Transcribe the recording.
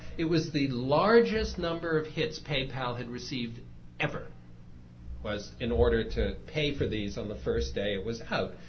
it was the largest number of hits pay pal had received ever it was in order to pay for these on the first day it was out.